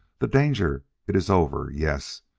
the danger it iss over yess!